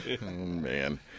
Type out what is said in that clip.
Man